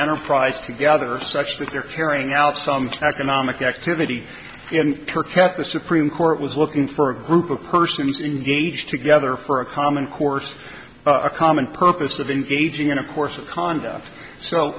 enterprise together such that they're carrying out some economic activity in turkey that the supreme court was looking for a group of persons engaged together for a common course a common purpose of engaging in a course of conduct so